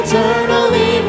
Eternally